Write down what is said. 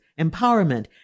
empowerment